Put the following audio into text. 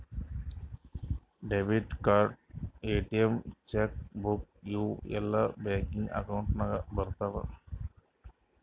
debit card, ATM, cheque book ಇವೂ ಎಲ್ಲಾ checking account ನಾಗ್ ಬರ್ತಾವ್